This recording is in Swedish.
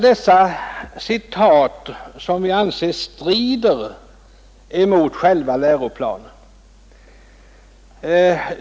Dessa citat anser vi strider mot själva läroplanen.